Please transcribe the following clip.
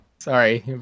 Sorry